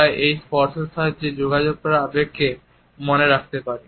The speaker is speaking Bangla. তাই আমরা এই স্পর্শের সাহায্যে যোগাযোগ করা আবেগকেও মনে রাখতে পারি